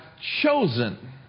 chosen